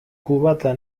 kubata